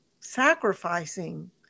sacrificing